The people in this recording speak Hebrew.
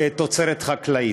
בתוצרת חקלאית.